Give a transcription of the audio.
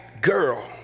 girl